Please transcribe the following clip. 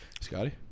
Scotty